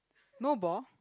no ball